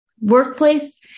Workplace